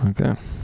Okay